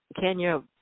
Kenya